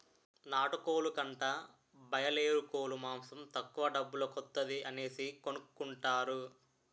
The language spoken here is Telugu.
నాటుకోలు కంటా బాయలేరుకోలు మాసం తక్కువ డబ్బుల కొత్తాది అనేసి కొనుకుంటారు